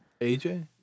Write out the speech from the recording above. Aj